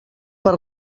per